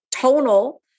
tonal